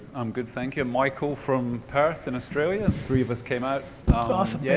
i'm good, thank you. i'm michael, from perth, in australia, three of us came out. that's awesome, yeah